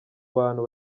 bantu